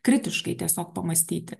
kritiškai tiesiog pamąstyti